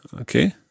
okay